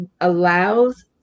allows